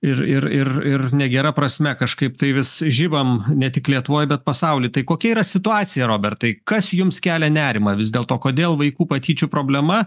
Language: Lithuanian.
ir ir ir ir negera prasme kažkaip tai vis žibam ne tik lietuvoj bet pasauly tai kokia yra situacija robertai kas jums kelia nerimą vis dėlto kodėl vaikų patyčių problema